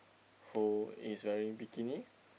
who is wearing bikini